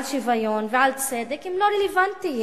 על שוויון ועל צדק הם לא רלוונטיים,